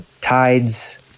tides